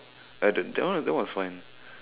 I didn't that one that one was fine